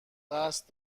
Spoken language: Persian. قصد